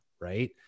right